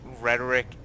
rhetoric